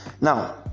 now